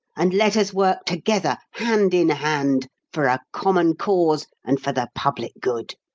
and let us work together, hand in hand, for a common cause and for the public good.